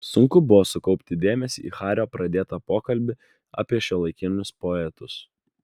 sunku buvo sukaupti dėmesį į hario pradėtą pokalbį apie šiuolaikinius poetus